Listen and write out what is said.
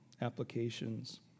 applications